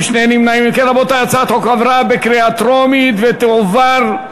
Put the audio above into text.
התשע"ג 2013,